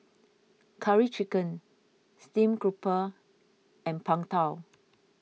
Curry Chicken Steamed Grouper and Png Tao